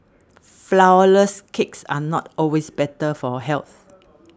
Flourless Cakes are not always better for health